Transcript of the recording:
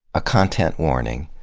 a content warning.